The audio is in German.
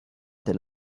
tel